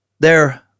They're